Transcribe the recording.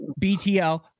btl